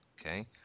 Okay